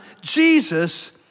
Jesus